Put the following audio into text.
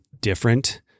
different